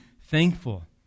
thankful